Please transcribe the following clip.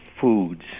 Foods